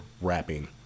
rapping